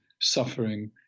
suffering